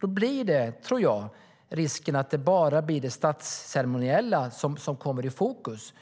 Då tror jag att risken är att bara det statsceremoniella kommer i fokus.